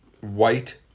white